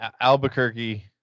Albuquerque